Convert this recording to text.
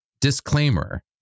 disclaimer